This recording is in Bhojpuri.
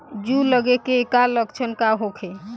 जूं लगे के का लक्षण का होखे?